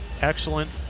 Excellent